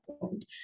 point